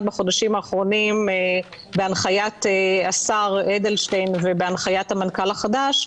בחודשים האחרונים בהנחיית השר אדלשטיין ובהנחיית המנכ"ל החדש,